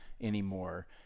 anymore